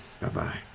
Bye-bye